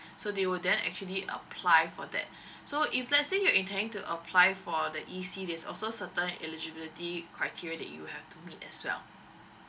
so they will then actually apply for that so if let's say you're intending to apply for the E_C there's also certain eligibility criteria that you have to meet as well